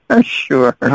sure